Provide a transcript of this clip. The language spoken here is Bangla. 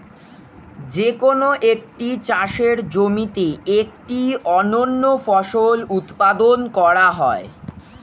যে কোন একটি চাষের জমিতে একটি অনন্য ফসল উৎপাদন করা হয়